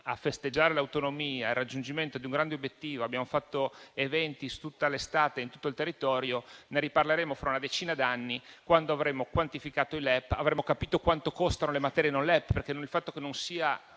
a festeggiare l'autonomia come il raggiungimento di un grande obiettivo e ha fatto eventi per tutta l'estate in tutto il territorio. Ne riparleremo fra una decina d'anni quando avremo quantificato i LEP e avremo capito quanto costano le materie non LEP. Infatti, la